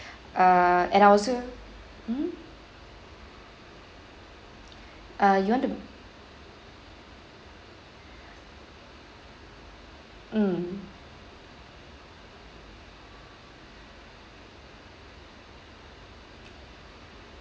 uh and I also mmhmm uh you want to mm